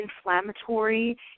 inflammatory